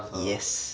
yes